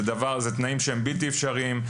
אלו תנאים שהם בלתי אפשריים.